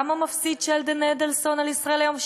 כמה מפסיד שלדון אדלסון על "ישראל היום"?